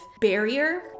barrier